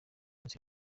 minsi